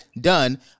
Done